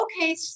okay